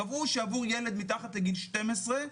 קבעו שעבור ילד מתחת לגיל 12,